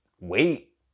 wait